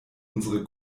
unsere